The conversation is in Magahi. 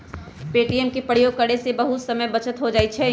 ए.टी.एम के प्रयोग करे से समय के बहुते बचत हो जाइ छइ